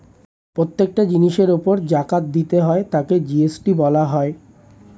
প্রত্যেকটা জিনিসের উপর জাকাত দিতে হয় তাকে জি.এস.টি বলা হয়